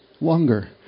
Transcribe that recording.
longer